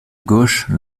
gauche